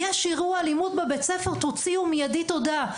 יש אירוע אלימות בבית-ספר, תוציאו מידית הודעה.